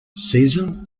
season